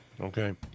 Okay